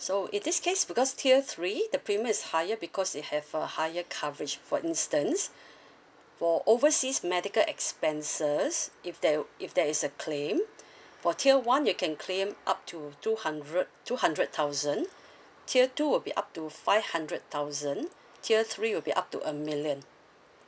so in this case because tier three the premium is higher because they have a higher coverage for instance for overseas medical expenses if there if there is a claim for tier one you can claim up to two hundred two hundred thousand tier two would be up to five hundred thousand tier three will be up to a million